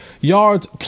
yards